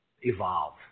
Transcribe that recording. evolve